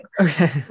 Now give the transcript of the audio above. Okay